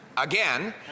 Again